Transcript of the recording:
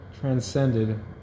transcended